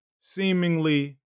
seemingly